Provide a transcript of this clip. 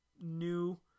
new